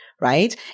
right